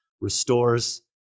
restores